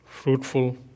fruitful